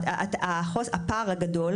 הפער הגדול,